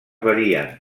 varien